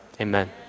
amen